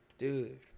Dude